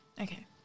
Okay